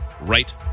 right